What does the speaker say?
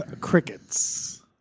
crickets